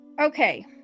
okay